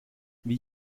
wie